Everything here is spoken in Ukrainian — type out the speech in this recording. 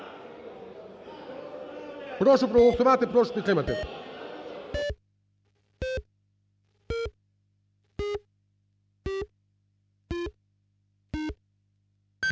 Прошу проголосувати, прошу підтримати